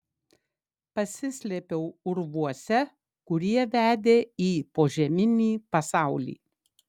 pasislėpiau urvuose kurie vedė į požeminį pasaulį